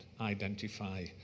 identify